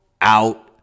out